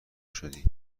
شدی